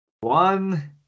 one